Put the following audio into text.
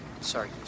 sorry